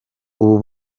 ubu